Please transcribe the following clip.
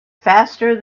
faster